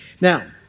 Now